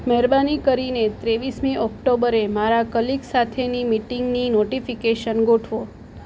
મહેરબાની કરીને ત્રેવીસમી ઓક્ટોબરે મારા કલીગ સાથેની મિટિંગની નોટિફિકેશન ગોઠવો